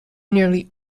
nearly